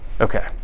Okay